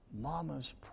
Mamas